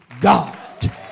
God